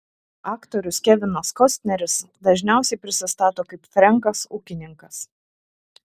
aktorius kevinas kostneris dažniausiai prisistato kaip frenkas ūkininkas